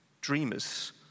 dreamers